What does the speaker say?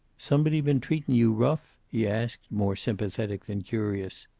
somebody been treatin' you rough? he asked, more sympathetic than curious.